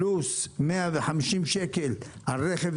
פלוס 150 שקל על רכב